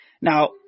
Now